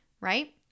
right